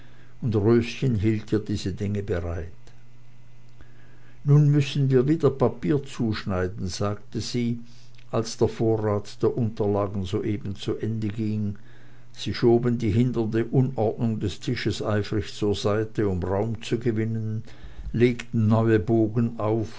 und röschen hielt ihr diese dinge bereit nun müssen wir wieder papier zuschneiden sagte sie als der vorrat der unterlagen soeben zu ende ging sie schoben die hindernde unordnung des tisches eifrig zur seite um raum zu gewinnen legten neue bogen auf